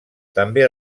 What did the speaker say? també